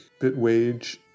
BitWage